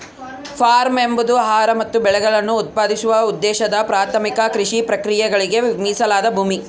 form ಎಂಬುದು ಆಹಾರ ಮತ್ತು ಬೆಳೆಗಳನ್ನು ಉತ್ಪಾದಿಸುವ ಉದ್ದೇಶದ ಪ್ರಾಥಮಿಕ ಕೃಷಿ ಪ್ರಕ್ರಿಯೆಗಳಿಗೆ ಮೀಸಲಾದ ಭೂಮಿ